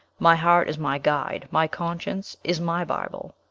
my heart is my guide my conscience is my bible.